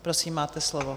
Prosím, máte slovo.